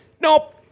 nope